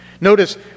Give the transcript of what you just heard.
Notice